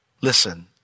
Listen